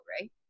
right